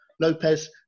Lopez